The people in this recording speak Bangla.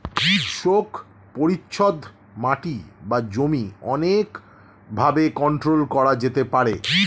শোক পরিচ্ছদ মাটি বা জমি অনেক ভাবে কন্ট্রোল করা যেতে পারে